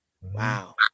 Wow